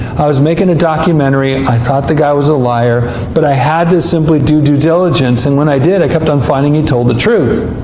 i was making a documentary. and i thought the guy was a liar. but i had to simply do due diligence and when i did, i kept um finding that he told the truth.